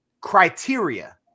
criteria